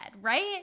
right